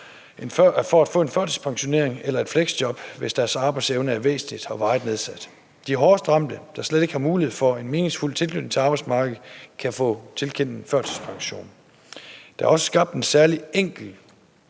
for at få en førtidspensionering eller et fleksjob, hvis deres arbejdsevne er væsentligt og varigt nedsat. De hårdest ramte, der slet ikke har mulighed for en meningsfuld tilknytning til arbejdsmarkedet, kan få tilkendt en førtidspension. Der er også skabt en særlig enkel